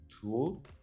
tool